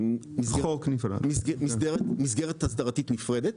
תאגידי מים וביוב יש לגביהם מסגרת הסדרתית נפרדת,